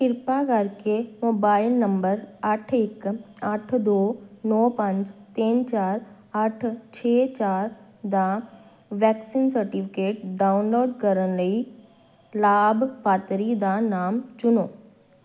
ਕਿਰਪਾ ਕਰਕੇ mobile number ਅੱਠ ਇੱਕ ਅੱਠ ਦੋ ਨੌਂ ਪੰਜ ਤਿੰਨ ਚਾਰ ਅੱਠ ਛੇ ਚਾਰ ਦਾ ਵੈਕਸੀਨ ਸਰਟੀਫਿਕੇਟ ਡਾਊਨਲੋਡ ਕਰਨ ਲਈ ਲਾਭਪਾਤਰੀ ਦਾ ਨਾਮ ਚੁਣੋ